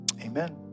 Amen